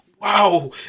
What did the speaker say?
Wow